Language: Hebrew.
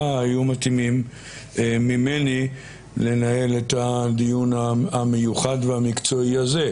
היו מתאימים ממני לנהל את הדיון המיוחד והמקצועי הזה.